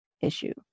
issue